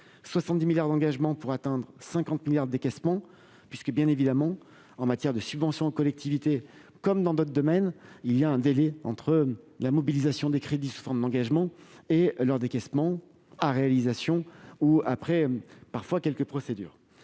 50 milliards d'euros de décaissements, puisque, bien évidemment, en matière de subventions aux collectivités, comme dans d'autres domaines, il y a un délai entre la mobilisation des crédits sous forme d'engagements et leur décaissement à réalisation, après parfois quelques procédures.